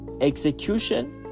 execution